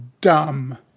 dumb